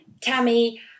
Tammy